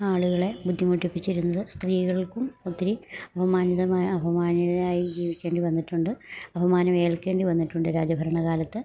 ആളുകളെ ബുദ്ധിമുട്ടിപ്പിച്ചിരുന്നത് സ്ത്രീകൾക്കും ഒത്തിരി അപമാനിതമായ അപമാനിതയായി ജീവിക്കേണ്ടി വന്നിട്ടുണ്ട് അപമാനം ഏൽക്കേണ്ടി വന്നിട്ടുണ്ട് രാജ ഭരണ കാലത്ത്